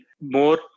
more